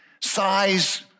size